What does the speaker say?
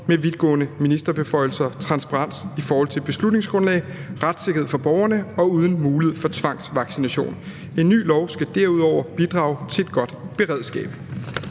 med vidtgående ministerbeføjelser, transparens ift. beslutningsgrundlag, retssikkerhed for borgerne og er uden mulighed for tvangsvaccination. En ny lov skal derudover bidrage til et godt beredskab«.